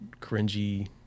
cringy